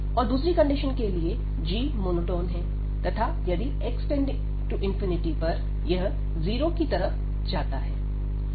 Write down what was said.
और दूसरी कंडीशन के लिए g मोनोटन है तथा यदि x→∞ यह 0 की तरफ जाता है